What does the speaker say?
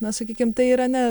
na sakykim tai irane